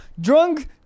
Drunk